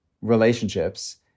relationships